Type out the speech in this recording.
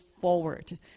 forward